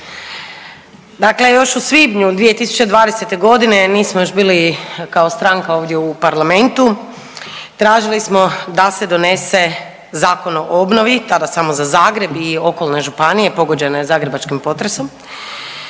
Dakle, još u svibnju 2020. godine, nismo još bili kao stranka ovdje u Parlamentu tražili smo da se donese Zakon o obnovi, tada samo za Zagreb i okolne županije pogođene zagrebačkim potresom